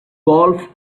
golf